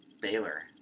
Baylor